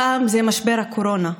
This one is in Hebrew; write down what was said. הפעם זה משבר הקורונה.